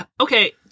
Okay